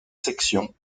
section